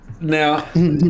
Now